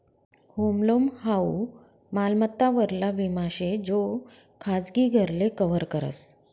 home loan हाऊ मालमत्ता वरला विमा शे जो खाजगी घरले कव्हर करस